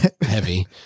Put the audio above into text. heavy